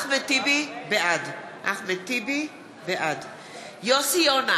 בעד יוסי יונה,